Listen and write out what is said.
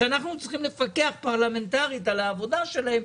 שאנחנו צריכים לפקח פרלמנטרית על העבודה שלהם,